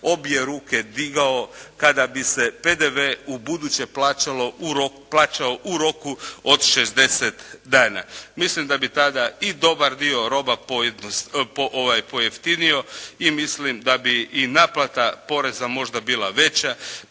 obje ruke digao kada bi se PDV u buduće plaćao u roku od 60 dana. Mislim da bi tada i dobar dio roba pojeftinio i mislim da bi i naplata poreza možda bila veća,